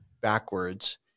backwards